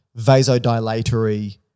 vasodilatory